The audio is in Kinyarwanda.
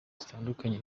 zitandukanye